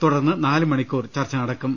തുടർന്ന് നാലു മണിക്കൂർ ചർച്ച നടക്കും